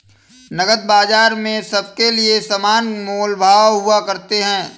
नकद बाजार में सबके लिये समान मोल भाव हुआ करते हैं